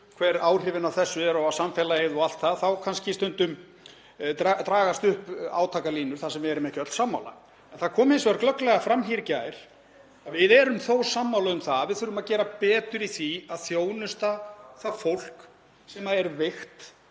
hver áhrifin af þessu eru á samfélagið og allt það, þá dragast kannski upp átakalínur þar sem við erum ekki öll sammála. En það kom hins vegar glögglega fram í gær að við erum þó sammála um að við þurfum að gera betur í því að þjónusta það fólk sem er veikt